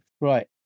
Right